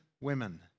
women